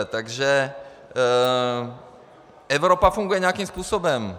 Takže Evropa funguje nějakým způsobem.